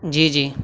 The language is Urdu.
جی جی